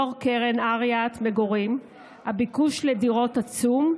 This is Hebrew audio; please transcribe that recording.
יו"ר קרן הריט מגוריט, הביקוש לדירות עצום.